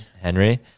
henry